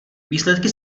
výsledky